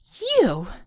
you